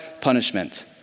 punishment